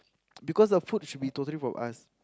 because the food should be totally from us